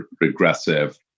regressive